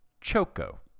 choco